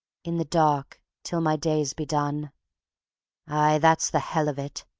in the dark till my days be done aye, that's the hell of it,